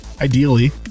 ideally